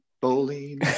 Bowling